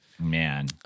Man